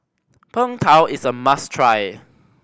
Png Tao is a must try